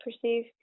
perceive